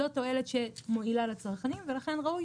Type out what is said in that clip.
זאת תועלת שמועילה לצרכנים ולכן ראוי